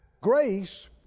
Grace